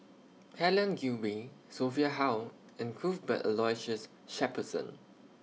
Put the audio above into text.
Helen Gilbey Sophia Hull and Cuthbert Aloysius Shepherdson